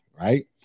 Right